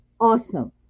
awesome